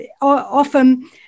often